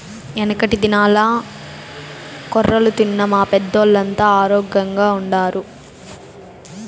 యెనకటి దినాల్ల కొర్రలు తిన్న మా పెద్దోల్లంతా ఆరోగ్గెంగుండారు